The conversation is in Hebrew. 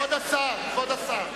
כבוד השר,